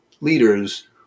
leaders